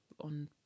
on